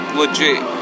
legit